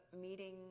meeting